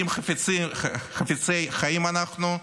אם חפצי חיים אנחנו,